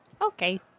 Okay